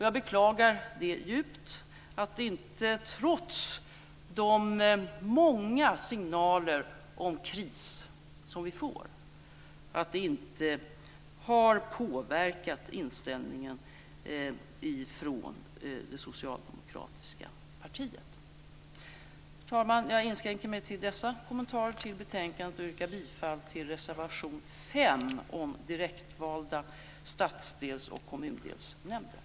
Jag beklagar djupt att det inte, trots de många signaler om kris som vi får, har påverkat inställningen i det socialdemokratiska partiet. Herr talman! Jag inskränker mig till dessa kommentarer till betänkandet och yrkar bifall till reservation 5 om direktvalda stadsdels och kommundelsnämnder.